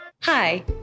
Hi